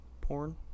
porn